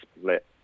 split